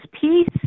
peace